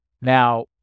Now